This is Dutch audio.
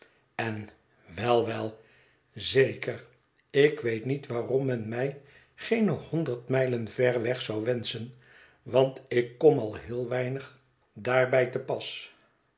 en wel wel zeker ik weet niet waarom men mij geene honderd mijlen ver weg zou wenschen want ik kom al heel weinig daarbij te pas